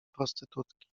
prostytutki